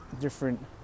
different